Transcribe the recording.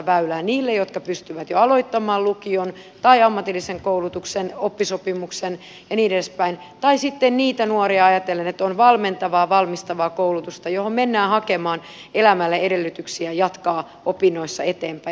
niille jotka pystyvät jo aloittamaan lukion tai ammatillisen koulutuksen oppisopimuksen ja niin edespäin ja sitten niitä nuoria ajatellen että on valmentavaa valmistavaa koulutusta johon mennään hakemaan elämälle edellytyksiä jatkaa opinnoissa eteenpäin